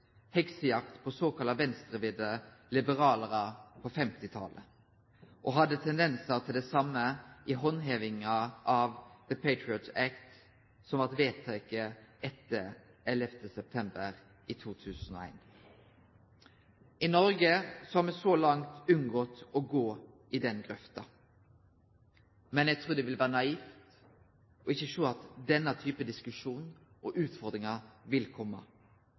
heksejakt på såkalla venstrevridde liberalarar på 1950-talet og hadde tendensar til det same i handhevinga av «Patriot Act», som blei vedteken etter 11. september 2001. I Noreg har me så langt unngått å gå i den grøfta, men eg trur det vil vere naivt ikkje å sjå at denne typen diskusjonar og utfordringar vil